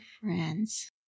friends